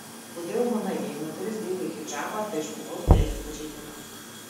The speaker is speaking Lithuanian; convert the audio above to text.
kodėl manai jei moteris dėvi hidžabą tai žmogaus teisių pažeidimas